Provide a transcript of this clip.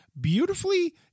beautifully